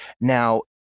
Now